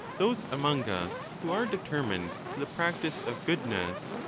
those among us who are determined to the practice of goodness,